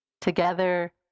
Together